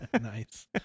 Nice